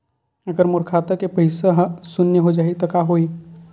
अगर मोर खाता के पईसा ह शून्य हो जाही त का होही?